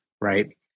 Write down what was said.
right